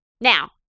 Now